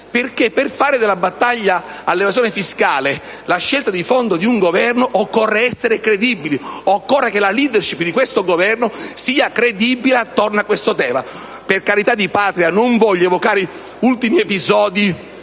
perché per fare della battaglia all'evasione fiscale la scelta di fondo di un Governo occorre essere credibili, occorre che la *leadership* del Governo sia credibile attorno a questo tema. Per carità di Patria, non voglio evocare gli ultimi episodi